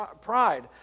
pride